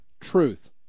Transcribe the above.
Truth